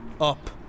up